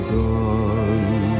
gone